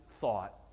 thought